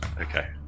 Okay